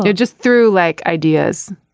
yeah just through like ideas.